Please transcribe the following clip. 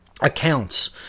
accounts